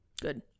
Good